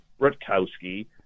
Rutkowski